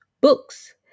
books